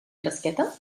fresqueta